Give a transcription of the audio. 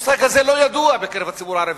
המושג הזה לא ידוע בקרב הציבור הערבי.